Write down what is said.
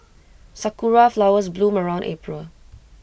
Sakura Flowers bloom around April